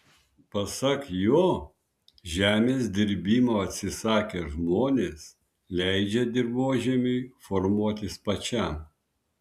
pasak jo žemės dirbimo atsisakę žmonės leidžia dirvožemiui formuotis pačiam